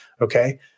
okay